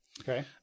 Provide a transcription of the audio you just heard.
okay